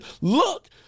Look